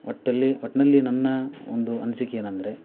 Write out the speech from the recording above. ಒಟ್ಟಲ್ಲಿ ಒಟ್ನಲ್ಲಿ ನನ್ನ ಒಂದು ಅನಿಸಿಕೆ ಏನಂದರೆ